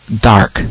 dark